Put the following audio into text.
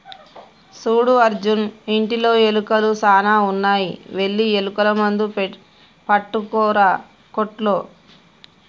సూడు అర్జున్ ఇంటిలో ఎలుకలు సాన ఉన్నాయి వెళ్లి ఎలుకల మందు పట్టుకురా కోట్టులో